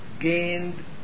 gained